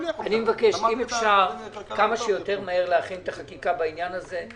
אני מבקש כמה שיותר מהר להכין את החקיקה בעניין הזה.